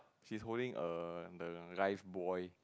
she is holding a the life buoy